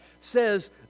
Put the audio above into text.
says